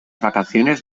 vacaciones